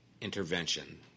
intervention